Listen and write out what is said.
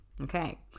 okay